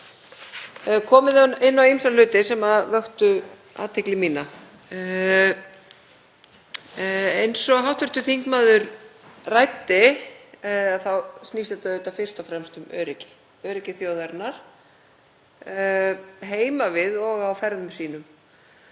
komið inn á ýmsa hluti sem vöktu athygli mína. Eins og hv. þingmaður ræddi snýst þetta auðvitað fyrst og fremst um öryggi, öryggi þjóðarinnar heima við og á ferðum sínum.